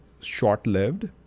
short-lived